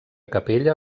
capella